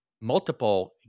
multiple